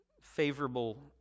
favorable